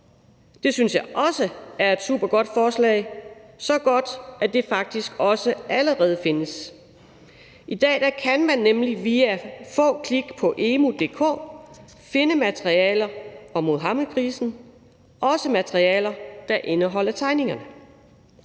Det synes jeg også er et supergodt forslag – så godt, at det faktisk også allerede findes. I dag kan man nemlig via få klik på emu.dk finde materialer om Muhammedkrisen, også materialer, der indeholder tegningerne.